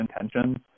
intentions